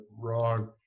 wrong